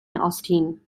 austin